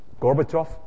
Gorbachev